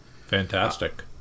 Fantastic